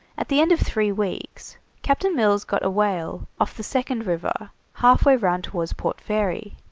at the end of three weeks captain mills got a whale off the second river, halfway round towards port fairy.